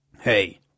Hey